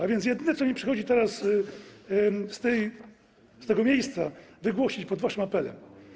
A więc jedyne, co mi przychodzi teraz z tego miejsca wygłosić pod waszym apelem.